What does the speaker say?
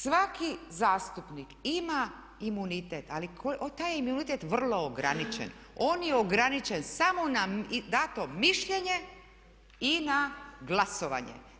Svaki zastupnik ima imunitet ali taj je imunitet vrlo ograničen, on je ograničen samo na dano mišljenje i na glasovanje.